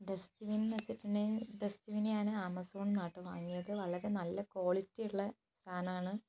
dust ബിന്നെന്നു വച്ചിട്ടുണ്ടെങ്കിൽ dust bin ഞാൻ ആമസോണിൽ നിന്നാണ് കേട്ടോ വാങ്ങിയത് വളരെ നല്ല ക്വാളിറ്റിയുള്ള സാധനമാണ്